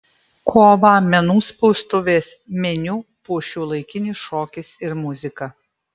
kovą menų spaustuvės meniu puoš šiuolaikinis šokis ir muzika